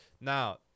Now